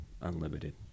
unlimited